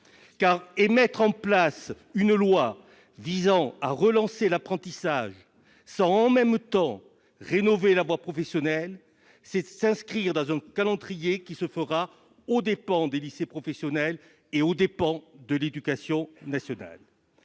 et mettre en place une loi visant à relancer l'apprentissage sans, en même temps, rénover la voie professionnelle, c'est s'inscrire dans un calendrier qui se déroulera aux dépens des lycées professionnels et de l'éducation nationale.